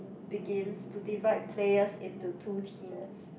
begins to divide players into two teams